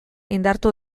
indartu